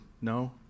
No